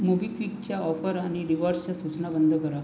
मोबिक्विकच्या offer आणि रिवॉर्ड्सच्या सूचना बंद करा